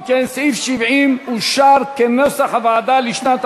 אם כן, סעיף 70 לשנת 2015 אושר, כנוסח הוועדה.